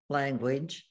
language